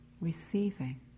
receiving